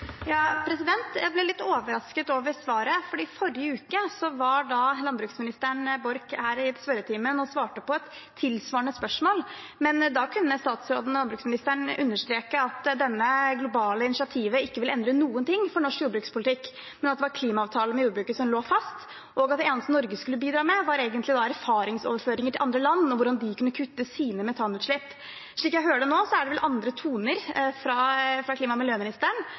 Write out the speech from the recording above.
Jeg ble litt overrasket over svaret, for i forrige uke var landbruksministeren, Sandra Borch, her i spørretimen og svarte på et tilsvarende spørsmål, og da kunne landbruksministeren understreke at dette globale initiativet ikke ville endre noen ting for norsk jordbrukspolitikk, men at det var klimaavtalen med jordbruket som lå fast, og at det eneste Norge skulle bidra med, egentlig var erfaringsoverføringer til andre land om hvordan de kunne kutte sine metanutslipp. Slik jeg hører det nå, er det vel andre toner fra klima- og miljøministeren